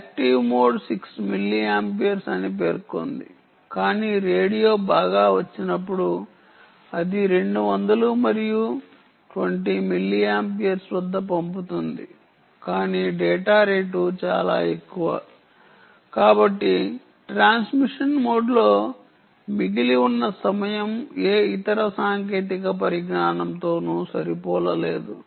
active mode 6 mAఅని పేర్కొంది కానీ రేడియో బాగా వచ్చినప్పుడు అది 200 మరియు 20 mA వద్ద పంపుతుంది కాని డేటా రేటు చాలా ఎక్కువ కాబట్టి ట్రాన్స్మిషన్ మోడ్లో మిగిలి ఉన్న సమయం ఏ ఇతర సాంకేతిక పరిజ్ఞానంతోనూ సరిపోలలేదు